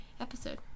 episode